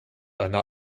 einer